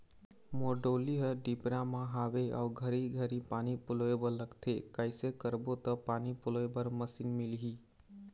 मोर डोली हर डिपरा म हावे अऊ घरी घरी पानी पलोए बर लगथे कैसे करबो त पानी पलोए बर मशीन मिलही?